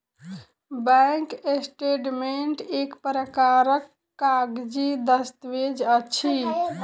bank statement एक प्रकारक कागजी दस्तावेज अछि